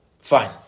Fine